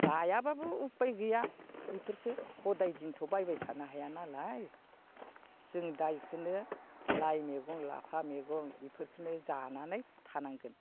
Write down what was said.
जायाबाबो उफाय गैया बेफोरखौ हदाय दिनथ' बायबाय थानो हाया नालाय जों दा बेखौनो लाइ मेगं लाफा मेगं बेफोरखोनो जानानै थानांगोन